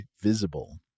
Visible